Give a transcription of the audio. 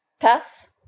Pass